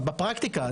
בפרקטיקה,